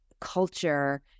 culture